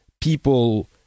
people